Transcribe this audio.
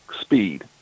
speed